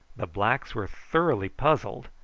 the blacks were thoroughly puzzled,